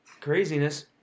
craziness